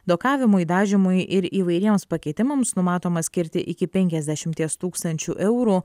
dokavimui dažymui ir įvairiems pakeitimams numatoma skirti iki penkiasdešimties tūkstančių eurų